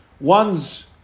One's